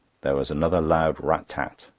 there was another loud rat tat.